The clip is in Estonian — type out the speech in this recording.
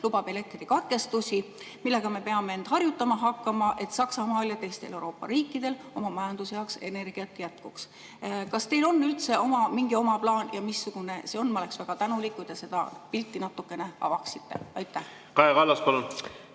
lubab elektrikatkestusi, millega me peame end harjutama hakkama, et Saksamaal ja teistel Euroopa riikidel oma majanduse jaoks energiat jätkuks. Kas teil on üldse mingi oma plaan ja [kui on], siis missugune see on? Ma oleksin väga tänulik, kui te seda pilti natuke avaksite. Kaja Kallas, palun!